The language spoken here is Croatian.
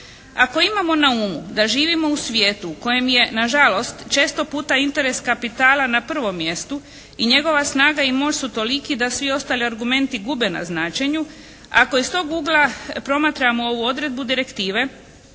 Ako imamo na umu da živimo u svijetu u kojem je na žalost često puta interes kapitala na prvom mjestu, i njegova snaga i moć su toliki da svi ostali argumenti gube na značenju, ako iz tog ugla promatramo ovu odredbu direktive